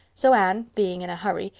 so anne, being in a hurry,